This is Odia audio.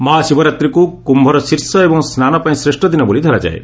ମହାଶିବରାତ୍ରୀକୁ କ୍ୟୁର ଶୀର୍ଷ ଏବଂ ସ୍ନାନପାଇଁ ଶ୍ରେଷ୍ଠ ଦିନ ବୋଲି ଧରାଯାଏ